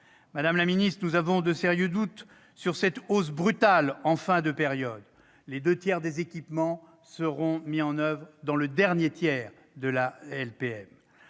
Madame la ministre, nous avons de sérieux doutes sur cette hausse brutale en fin de période. Les deux tiers des équipements seront mis en oeuvre dans le dernier tiers de la LPM.